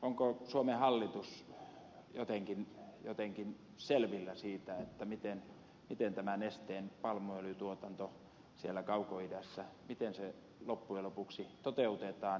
onko suomen hallitus jotenkin selvillä siitä miten tämä nesteen palmuöljytuotanto siellä kaukoidässä loppujen lopuksi toteutetaan